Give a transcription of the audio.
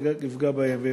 זה יפגע בהם.